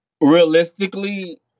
Realistically